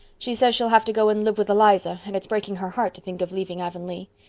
she says she'll have to go and live with eliza and it's breaking her heart to think of leaving avonlea.